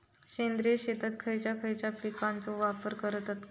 सेंद्रिय शेतात खयच्या खयच्या खतांचो वापर करतत?